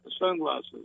sunglasses